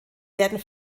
werden